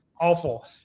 awful